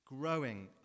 growing